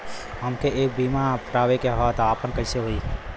हमके एक बीमा करावे के ह आपन कईसे होई?